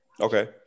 Okay